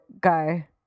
guy